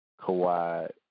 Kawhi